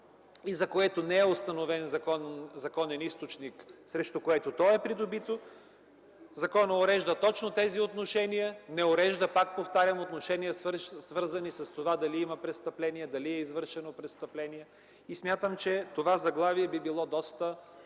за което не е установен законен източник, срещу който то е придобито. Законът урежда точно тези отношения. Не урежда – пак повтарям – отношения, свързани с това дали има престъпление, дали е извършено престъпление. Смятам, че това заглавие би било доста